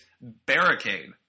barricade